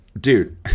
dude